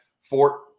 Fort